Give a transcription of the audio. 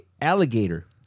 alligator